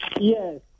Yes